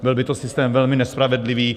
Byl by to systém velmi nespravedlivý.